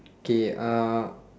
K uh